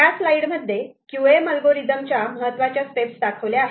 ह्या स्लाईडमध्ये Q M algorithm च्या महत्त्वाच्या स्टेप्स दाखवल्या आहेत